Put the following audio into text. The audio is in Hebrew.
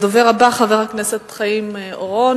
הדובר הבא, חבר הכנסת חיים אורון,